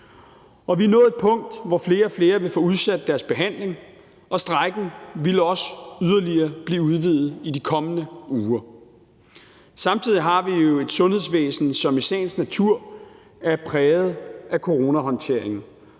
Og vi er nået til et punkt, hvor flere og flere vil få udsat deres behandling, og strejken ville også blive yderligere udvidet i de kommende uger. Samtidig har vi jo et sundhedsvæsen, som i sagens natur er præget af coronahåndteringen,